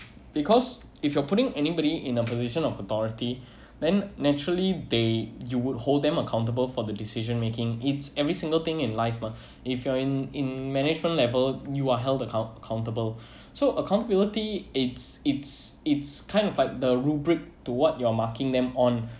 because if you are putting anybody in a position of authority then naturally they you would hold them accountable for the decision making it's every single thing in life mah if you are in in management level you are held account~ accountable so accountability it's it's it's kind of like the rubric to what you're marking them on